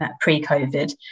pre-COVID